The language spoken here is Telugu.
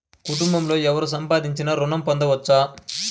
కుటుంబంలో ఎవరు సంపాదించినా ఋణం పొందవచ్చా?